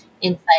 inside